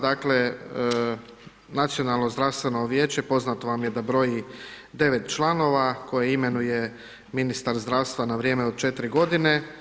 Dakle Nacionalno zdravstveno vijeće poznato vam je da broji 9 članova koje imenuje ministar zdravstva na vrijeme od 4 godine.